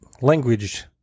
language